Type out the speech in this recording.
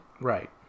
Right